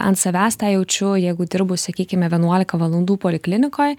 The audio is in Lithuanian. ant savęs tą jaučiu jeigu dirbu sakykime vienuolika valandų poliklinikoj